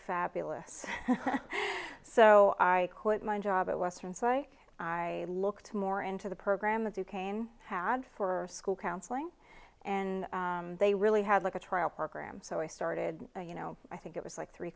fabulous so i quit my job at western so i i looked more into the program of the cane had for school counseling and they really had like a trial program so i started you know i think it was like three